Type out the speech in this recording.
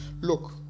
Look